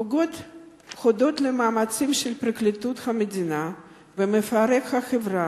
הודות למאמצים של פרקליטות המדינה ומפרק החברה,